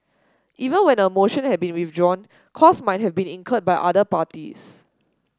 even when a motion had been withdrawn cost might have been incurred by other parties